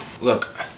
Look